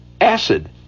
acid